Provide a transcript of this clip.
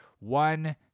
One